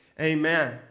Amen